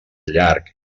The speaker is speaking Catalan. llarg